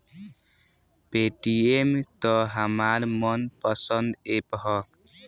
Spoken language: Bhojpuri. पेटीएम त हमार मन पसंद ऐप ह